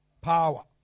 Power